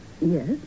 Yes